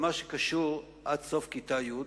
במה שקשור עד סוף כיתה י',